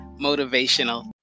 motivational